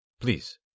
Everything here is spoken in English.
Please